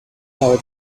now